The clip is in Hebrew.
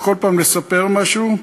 וכל פעם לספר משהו.